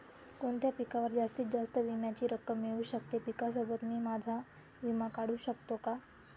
कोणत्या पिकावर जास्तीत जास्त विम्याची रक्कम मिळू शकते? पिकासोबत मी माझा विमा काढू शकतो का?